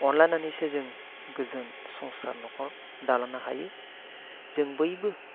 अनलायनानैसो जों गोजोन संसार नखर दालांनो हायो जों बयबो